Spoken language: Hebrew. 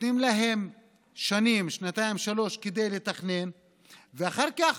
נותנים להם שנים, שנתיים, שלוש, כדי לתכנן ואחר כך